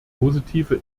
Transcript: positive